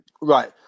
right